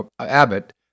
Abbott